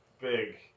big